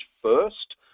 first